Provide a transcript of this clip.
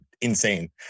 insane